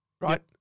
Right